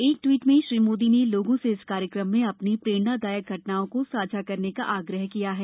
एक ट्वीट में श्री मोदी ने लोगों से इस कार्यक्रम में अ नी प्रेरणादायक घटनाओं को साझा करने का आग्रह किया है